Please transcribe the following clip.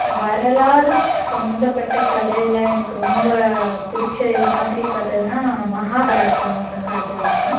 வரலாறு சம்மந்தப்பட்ட கதையில் எனக்கு ரொம்ப பிடிச்சது மாதிரி கதைனா மகாபாரதம்மோட கதைதான்